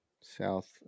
South